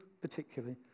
particularly